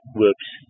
whoops